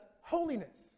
holiness